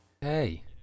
Hey